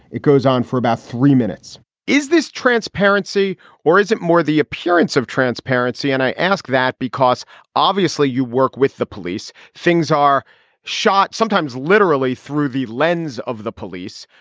it goes on for about three minutes is this transparency or is it more the appearance of transparency? and i ask that because obviously you work with the police. things are shot sometimes literally through the lens of the police.